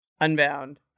Unbound